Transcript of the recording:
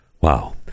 wow